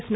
yes